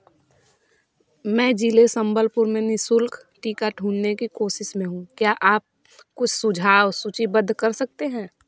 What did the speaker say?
मैं जिले संबलपुर में नि शुल्क टीका ढूँढने की कोशिश में हूँ क्या आप कुछ सुझाव सूचीबद्ध कर सकते हैं